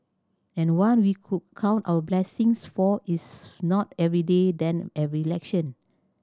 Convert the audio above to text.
and one we could count our blessings for its not every day then every election